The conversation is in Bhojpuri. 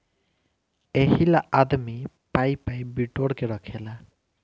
एहिला आदमी पाइ पाइ बिटोर के रखेला